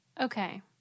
okay